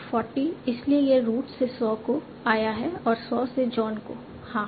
40 इसलिए यह रूट से सॉ को आया और सॉ से जॉन को हां